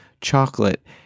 chocolate